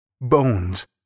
Bones